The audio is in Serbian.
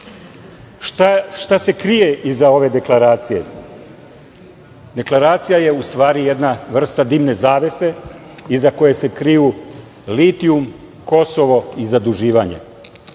se krije iza ove Deklaracije? Deklaracija je u stvari jedna vrsta dimne zavese iza koje se kriju litijum, Kosovo i zaduživanje.